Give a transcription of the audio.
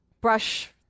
brush